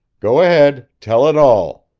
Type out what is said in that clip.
go ahead tell it all.